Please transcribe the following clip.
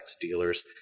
dealers